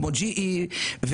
כמו GE,